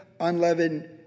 unleavened